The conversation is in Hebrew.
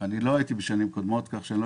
לא הייתי בשנים קודמות כך שאני לא